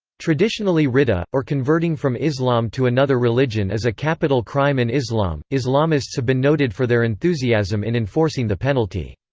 traditionally ridda, or converting from islam to another religion is a capital crime in islam. islamists have been noted for their enthusiasm in enforcing the penalty.